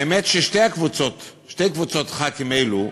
האמת היא ששתי קבוצות חברי הכנסת האלו,